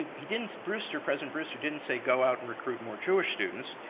he didn't, brewster, president brewster didn't say go out and recruit more jewish students,